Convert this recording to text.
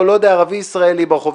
או ערבי-ישראלי ברחוב,